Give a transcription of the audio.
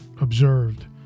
observed